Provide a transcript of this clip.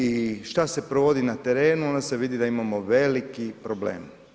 I šta se provodi na terenu, onda se vidi da imamo veliki problem.